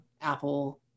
Apple